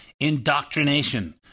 Indoctrination